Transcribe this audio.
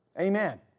Amen